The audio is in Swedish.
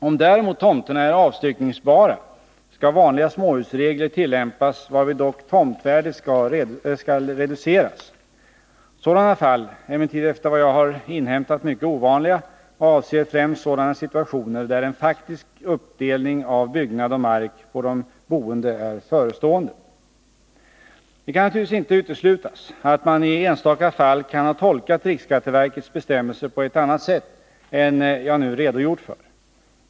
Om däremot tomterna är avstyckningsbara, skall vanliga småhusregler tillämpas varvid dock tomtvärdet skall reduceras. Sådana fall är emellertid efter vad jag har inhämtat mycket ovanliga och avser främst sådana situationer där en faktisk uppdelning av byggnad och mark på de boende är förestående. Det kan naturligtvis inte uteslutas att man i enstaka fall kan ha tolkat riksskatteverkets bestämmelser på ett annat sätt än jag nu redogjort för.